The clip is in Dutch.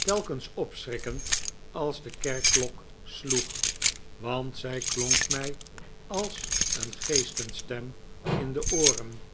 telkens opschrikkend als de kerkklok sloeg want zij klonk mij als een geestenstem in de ooren